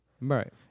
Right